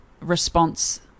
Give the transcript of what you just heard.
response